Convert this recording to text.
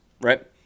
right